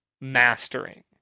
mastering